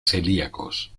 celíacos